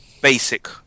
basic